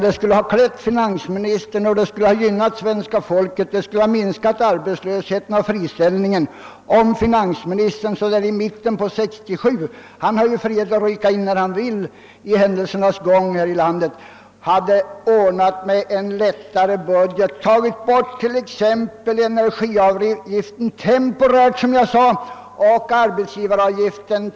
Det skulle ha klätt finansministern och det skulle ha gynnat svenska folket genom minskad arbetslöshet och friställning, om finansministern vid mitten av 1967 eller däromkring — han hade ju frihet att ingripa i händelsernas gång när han önskade — hade lättat upp budgeten genom att temporärt avskaffa t.ex. energiavgiften och arbetsgivaravgiften.